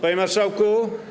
Panie Marszałku!